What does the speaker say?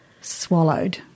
swallowed